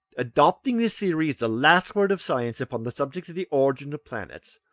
adopting this theory as the last word of science upon the subject of the origin of planets,